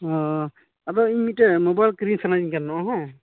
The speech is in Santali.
ᱟᱫᱚ ᱤᱧ ᱢᱤᱫᱴᱤᱡ ᱢᱳᱵᱟᱭᱤᱞ ᱠᱤᱨᱤᱧ ᱥᱟᱱᱟᱹᱧ ᱠᱟᱱᱟ ᱦᱮᱸ